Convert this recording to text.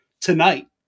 tonight